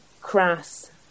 crass